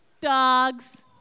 Dogs